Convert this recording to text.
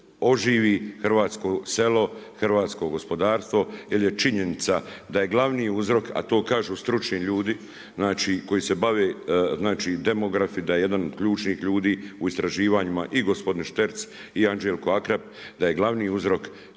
oživi hrvatsko selo, hrvatsko gospodarstvo jel je činjenica da je glavni uzrok, a to kažu stručni ljudi, koji se bave demografi jedan od ključnih ljudi u istraživanjima i gospodin Šterc i Anđelko Akrap da je glavni uzrok